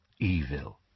evil